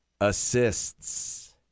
assists